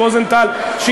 אני חושב,